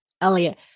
Elliot